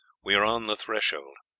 we are on the threshold.